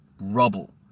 rubble